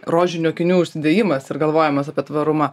rožinių akinių užsidėjimas ir galvojimas apie tvarumą